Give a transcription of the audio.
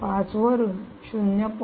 5 वरून 0